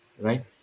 right